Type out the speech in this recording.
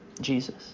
Jesus